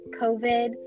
COVID